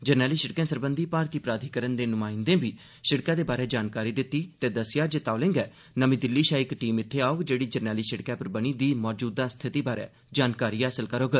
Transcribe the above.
जरनैली सिड़कें सरबंधी भारतीय प्राधिकरण दे न्माईंदें बी सिड़का दे बारै जानकारी दिती ते द्स्सेया जे तौले गै नमीं दिल्ली शा इक टीम इत्थै औग जेड़ी जरनैली सिड़क पर बनी दी मौजूदा स्थिति बारै जानकारी हासल करौग